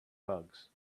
bugs